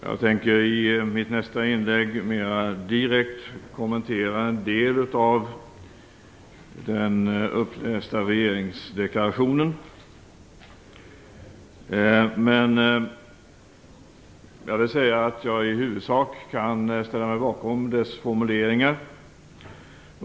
Fru talman! I mitt nästa inlägg tänker jag mera direkt kommentera en del av den upplästa regeringsdeklarationen. Men jag kan i huvudsak ställa mig bakom dess formuleringar.